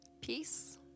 peace